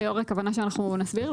היושב-ראש, הכוונה שאנחנו נסביר?